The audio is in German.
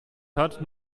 hat